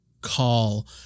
call